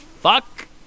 fuck